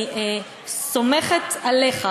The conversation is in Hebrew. אני סומכת עליך,